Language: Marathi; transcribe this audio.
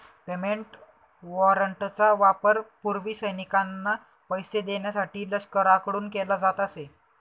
पेमेंट वॉरंटचा वापर पूर्वी सैनिकांना पैसे देण्यासाठी लष्कराकडून केला जात असे